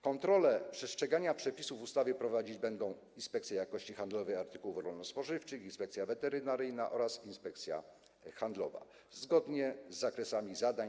Kontrolę przestrzegania przepisów ustawy prowadzić będą Inspekcja Jakości Handlowej Artykułów Rolno-Spożywczych, Inspekcja Weterynaryjna oraz Inspekcja Handlowa, zgodnie z ich zakresami zadań.